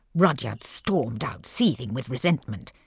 rudyard stormed out, seething with resentment.